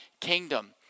kingdom